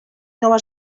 nova